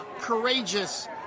Courageous